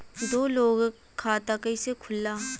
दो लोगक खाता कइसे खुल्ला?